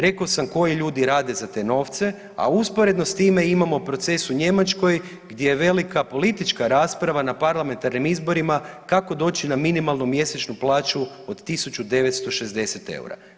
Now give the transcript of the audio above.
Rekao sam koji ljudi rade za te novce, a usporedno s time imamo proces u Njemačkoj gdje velika politička rasprava na parlamentarnim izborima kako doći na minimalnu mjesečnu plaću od 1960 eura.